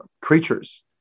creatures